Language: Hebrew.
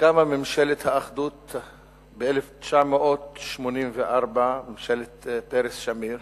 כשקמה ממשלת האחדות ב-1984, ממשלת פרס-שמיר,